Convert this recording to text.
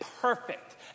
perfect